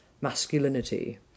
masculinity